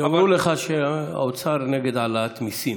יאמרו לך שהאוצר נגד העלאת מיסים.